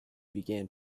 began